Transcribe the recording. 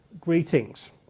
greetings